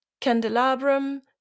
candelabrum